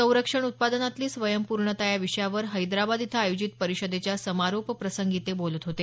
संरक्षण उत्पादनातली स्वयंपूर्णता या विषयावर हैद्राबाद इथं आयोजित परिषदेच्या समारोप प्रसंगी ते बोलत होते